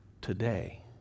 today